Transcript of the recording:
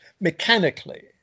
mechanically